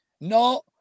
no